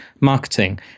marketing